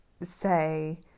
say